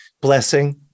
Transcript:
blessing